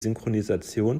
synchronisation